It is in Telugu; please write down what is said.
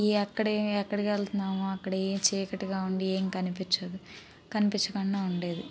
ఈ ఎక్కడ ఏమి ఎక్కడకి వెళ్తున్నామా అక్కడ ఏం చీకటిగా ఉండి ఏం కనిపించదు కనిపించకుండా ఉండేది